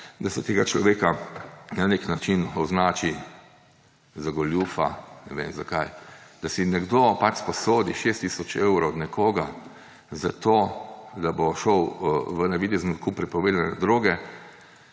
da se tega človeka na nek način označi za goljufa, ne vem, zakaj. Da si nekdo sposodi 6 tisoč evrov od nekoga, zato da bo šel v navidezni nakup prepovedane droge,